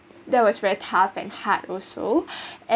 that was very tough and hard also and